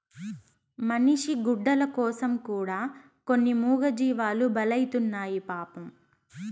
మనిషి గుడ్డల కోసం కూడా కొన్ని మూగజీవాలు బలైతున్నాయి పాపం